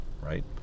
Right